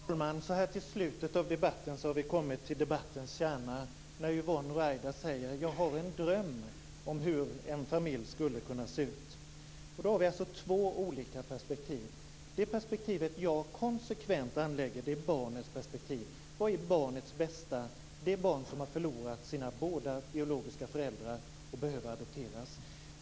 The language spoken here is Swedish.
Fru talman! Så här i slutet av debatten har vi kommit till debattens kärna. Yvonne Ruwaida säger att hon har en dröm om hur en familj skulle kunna se ut. Då har vi två olika perspektiv. Det perspektiv som jag konsekvent anlägger är barnets perspektiv. Vad är barnets bästa? Det gäller det barn som har förlorat sina båda biologiska föräldrar och behöver adopteras.